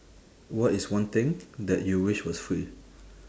what is one thing that you wish was free